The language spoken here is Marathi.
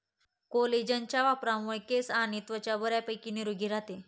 कोलेजनच्या वापरामुळे केस आणि त्वचा बऱ्यापैकी निरोगी राहते